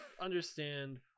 understand